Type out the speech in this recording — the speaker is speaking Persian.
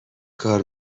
کار